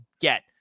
get